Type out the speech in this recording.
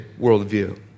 worldview